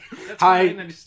Hi